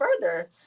further